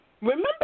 Remember